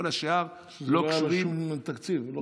כל השאר, לא קידמו שום דבר.